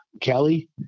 Kelly